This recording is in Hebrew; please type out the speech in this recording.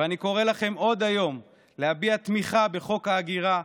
ואני קורא לכם עוד היום להביע תמיכה בחוק ההגירה,